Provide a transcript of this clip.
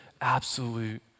absolute